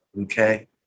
okay